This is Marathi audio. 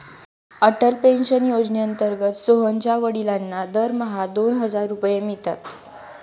अटल पेन्शन योजनेअंतर्गत सोहनच्या वडिलांना दरमहा दोन हजार रुपये मिळतात